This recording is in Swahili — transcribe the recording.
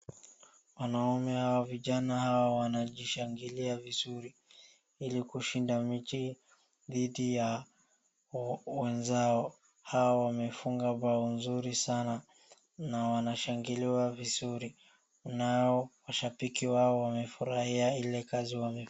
Wanaume hawa vijana hawa wanajishangilia vizuri ili kushinda mechi dhidi ya wenzao. Hao wamefunga bao nzuri sana na wanashangiliwa vizuri nao washabiki wao wamefurahia ile kazi wamefanya.